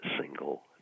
single